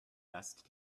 best